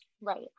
right